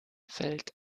fällt